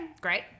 Great